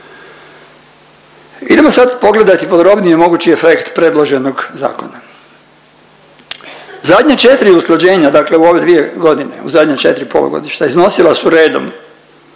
Idemo sad pogledat podrobnije mogući efekt predloženog zakona. Zadnja četri usklađenja dakle u ove dvije godine u zadnja četri polugodišta iznosila su redom